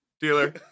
Dealer